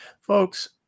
Folks